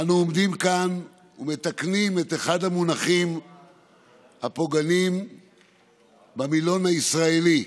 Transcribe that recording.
אנו עומדים כאן ומתקנים את אחד המונחים הפוגעניים במילון הישראלי.